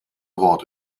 wort